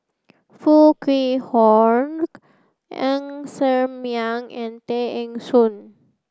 Foo Kwee Horng Ng Ser Miang and Tay Eng Soon